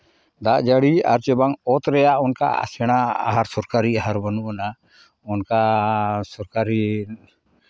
ᱫᱟᱜ ᱡᱟᱹᱲᱤ ᱟᱨ ᱪᱮ ᱵᱟᱝ ᱚᱛ ᱨᱮᱭᱟᱜ ᱚᱱᱠᱟ ᱥᱮᱬᱟ ᱟᱦᱟᱨ ᱥᱚᱨᱠᱟᱨᱤ ᱟᱦᱟᱨ ᱵᱟᱹᱱᱩᱜ ᱟᱱᱟᱜ ᱚᱱᱠᱟ ᱥᱚᱨᱠᱟᱨᱤ